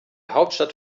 hauptstadt